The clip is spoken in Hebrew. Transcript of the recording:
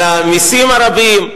על המסים הרבים,